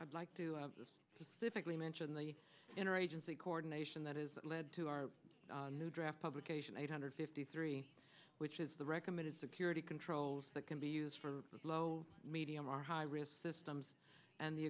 i'd like to just civically mention the inner agency coordination that is that led to our new draft publication eight hundred fifty three which is the recommended security controls that can be used for low medium or high risk systems and the